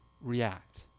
react